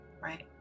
Right